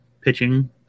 pitching